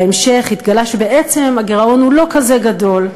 בהמשך התגלה שבעצם הגירעון לא כזה גדול.